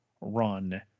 run